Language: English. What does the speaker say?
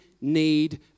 need